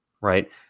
Right